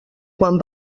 quan